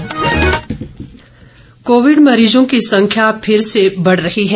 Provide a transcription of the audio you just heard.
Covid संदेश COVID मरीजों की संख्या फिर से बढ़ रही है